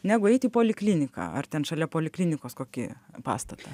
negu eit į polikliniką ar ten šalia poliklinikos kokį pastatą